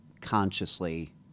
consciously